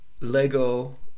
Lego